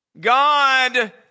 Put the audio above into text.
God